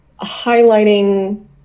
highlighting